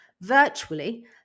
virtually